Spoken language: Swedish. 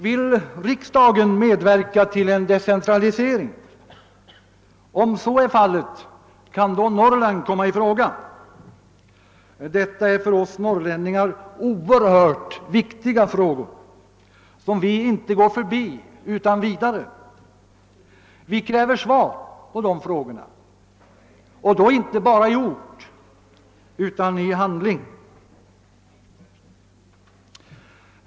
Vill riksdagen medverka till en decentralisering? Om så är fallet, kan då Norrland komma i fråga? Detta är för oss norrlänningar oerhört viktiga frågor, som vi inte går förbi utan vidare. Vi kräver svar på de frågorna, inte bara i ord utan i handling.